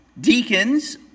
deacons